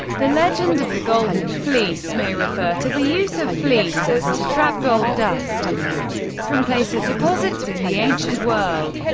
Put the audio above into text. the legend of the golden fleece may refer to the use of fleeces to trap gold dust from placer deposits in the ancient world.